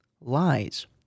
lies